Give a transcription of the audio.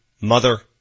mother